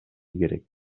керек